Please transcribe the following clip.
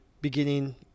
beginning